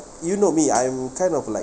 you know me I'm kind of like